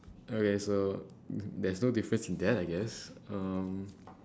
okay so there's no difference in that I guess um